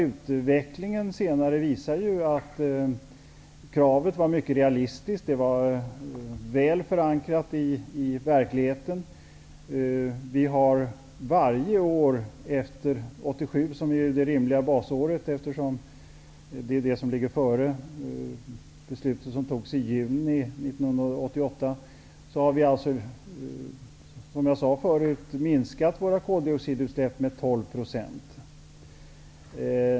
Utvecklingen har senare visat att kravet var mycket realistiskt. Det var välförankrat i verkligheten. Vi har varje år efter 1987 -- som ju är det rimliga basåret eftersom beslutet fattades i juni 1988 -- lyckats minska koldioxidutsläppen med 12 %.